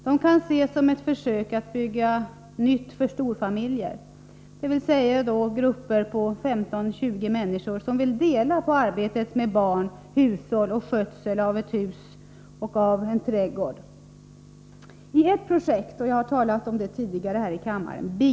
De kan ses som ett försök att bygga nytt för storfamiljer, dvs. grupper på 15-20 människor som vill dela på arbetet med barn, hushåll och skötsel av hus och trädgård. Det finns ett projekt som jag talat om här i kammaren.